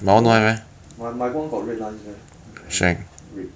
no leh my my [one] got red lines leh